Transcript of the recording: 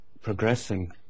progressing